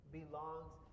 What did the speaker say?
belongs